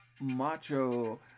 macho